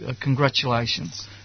congratulations